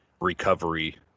recovery